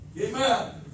Amen